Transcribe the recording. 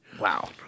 Wow